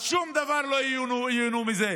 אז שום דבר, לא ייהנו מזה.